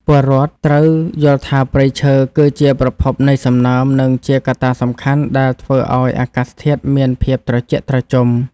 ពលរដ្ឋត្រូវយល់ថាព្រៃឈើគឺជាប្រភពនៃសំណើម និងជាកត្តាសំខាន់ដែលធ្វើឱ្យអាកាសធាតុមានភាពត្រជាក់ត្រជុំ។